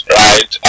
right